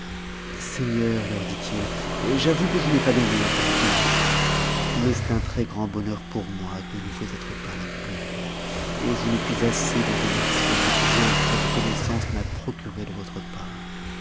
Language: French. seigneurs leur dit-il j'avoue que je n'ai pas l'honneur de vous connaître mais c'est un très-grand bonheur pour moi de ne vous être pas inconnu et je ne puis assez vous remercier du bien que cette connaissance m'a procuré de votre part